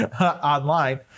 online